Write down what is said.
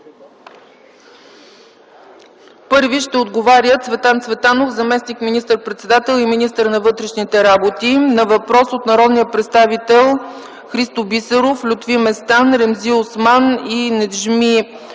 Първи ще отговаря Цветан Цветанов – заместник министър-председател и министър на вътрешните работи, на въпрос от народните представители Христо Бисеров, Лютви Местан, Ремзи Осман и Неджми